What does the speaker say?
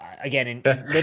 again